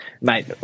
Mate